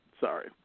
Sorry